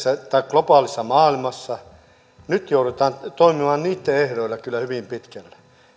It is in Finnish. globaalissa maailmassa niin nyt joudutaan toimimaan niitten ehdoilla kyllä hyvin pitkälle